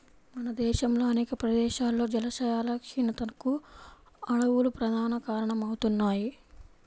మన దేశంలో అనేక ప్రదేశాల్లో జలాశయాల క్షీణతకు అడవులు ప్రధాన కారణమవుతున్నాయి